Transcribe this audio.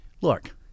Look